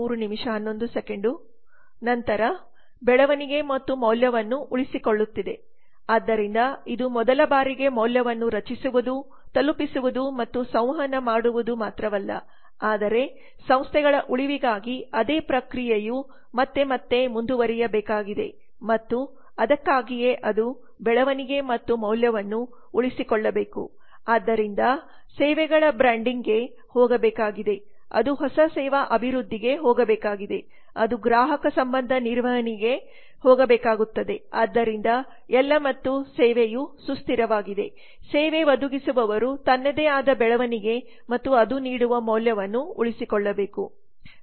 ನಂತರ ಬೆಳವಣಿಗೆ ಮತ್ತು ಮೌಲ್ಯವನ್ನು ಉಳಿಸಿಕೊಳ್ಳುತ್ತಿದೆ ಆದ್ದರಿಂದ ಇದು ಮೊದಲ ಬಾರಿಗೆ ಮೌಲ್ಯವನ್ನು ರಚಿಸುವುದು ತಲುಪಿಸುವುದು ಮತ್ತು ಸಂವಹನ ಮಾಡುವುದು ಮಾತ್ರವಲ್ಲ ಆದರೆ ಸಂಸ್ಥೆಗಳ ಉಳಿವಿಗಾಗಿ ಅದೇ ಪ್ರಕ್ರಿಯೆಯು ಮತ್ತೆ ಮತ್ತೆ ಮುಂದುವರಿಯಬೇಕಾಗಿದೆ ಮತ್ತು ಅದಕ್ಕಾಗಿಯೇ ಅದು ಬೆಳವಣಿಗೆ ಮತ್ತು ಮೌಲ್ಯವನ್ನು ಉಳಿಸಿಕೊಳ್ಳಬೇಕು ಆದ್ದರಿಂದ ಅದು ಸೇವೆಗಳ ಬ್ರ್ಯಾಂಡಿಂಗ್ಗೆ ಹೋಗಬೇಕಾಗಿದೆ ಅದು ಹೊಸ ಸೇವಾ ಅಭಿವೃದ್ಧಿಗೆ ಹೋಗಬೇಕಾಗಿದೆ ಅದು ಗ್ರಾಹಕ ಸಂಬಂಧ ನಿರ್ವಹಣೆಗೆ ಹೋಗಬೇಕಾಗಿದೆ ಆದ್ದರಿಂದ ಎಲ್ಲ ಮತ್ತು ಸೇವೆಯು ಸುಸ್ಥಿರವಾಗಿದೆ ಸೇವೆ ಒದಗಿಸುವವರು ತನ್ನದೇ ಆದ ಬೆಳವಣಿಗೆ ಮತ್ತು ಅದು ನೀಡುವ ಮೌಲ್ಯವನ್ನು ಉಳಿಸಿಕೊಳ್ಳಬೇಕು